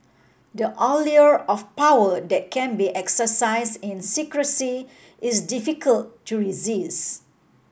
the allure of power that can be exercise in secrecy is difficult to